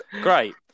great